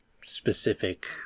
specific